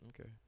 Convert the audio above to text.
okay